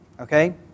Okay